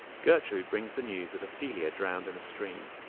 gertrude brings the news that ophelia drowned in a stream.